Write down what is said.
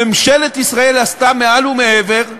ממשלת ישראל עשתה מעל ומעבר,